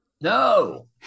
No